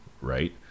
right